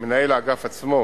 מנהל האגף עצמו